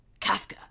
Kafka